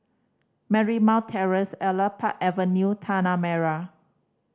Marymount Terrace Elias Park Avenue Tanah Merah